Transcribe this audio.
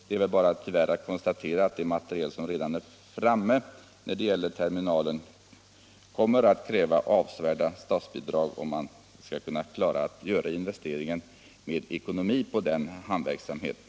Det är tyvärr bara att konstatera att det material som redan framtagits när det gäller terminalen kommer att kräva avsevärda statsbidrag om investeringarna skall kunna ske ekonomiskt i den hamnverksamheten.